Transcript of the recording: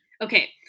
Okay